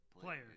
player